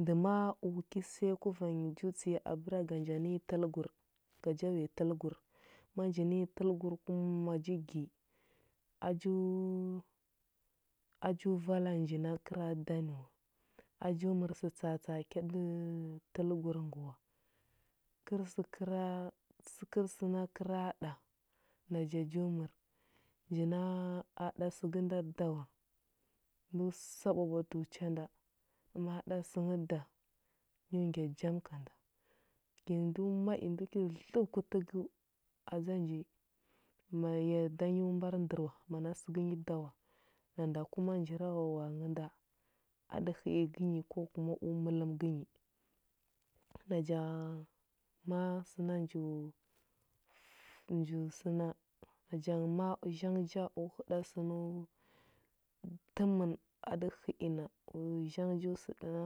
Ndə ma u ki səya kuva nyi ju tsəya abəra ga nja nə nyi təlgur ga wuya təlgur. ma nji nə nyi təlgur kum ma ji gi a ju a ju vala nji kəra da ni wa. A ju mər sə tsa atsa a kyaɗə əlgur ngə wa, kər sə kəra kər səna kəra ɗa naja ju mər. Nji na a ɗa səgə nda da wa, ndu sa ɓwaɓwatəu cha nda. Ma ɗa sə nghə da nyu ngya jam ka nda. Kə i ndu ma i ndu ki dləu kutəgəu adza nji ma ya da nyu mbar ndər wa, mana sə gənyi da wa, nanda kuma njirawawa a ngə nda, a ɗə hə i gənyi ko kuma u mələm gənyi. Naja ma səna nju fə nju səna naja ngə ma zhang ja u huɗa sənu tə mən a ɗə hə i na u zhang ja u səna